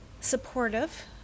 supportive